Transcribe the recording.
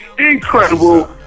incredible